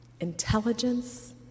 intelligence